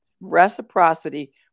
reciprocity